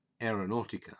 Aeronautica